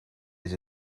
edge